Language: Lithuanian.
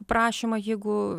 prašymą jeigu